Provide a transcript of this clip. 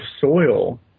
soil